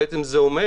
זה אומר